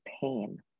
pain